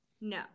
No